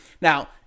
Now